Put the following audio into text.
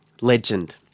legend